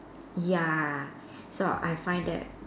ya so I find that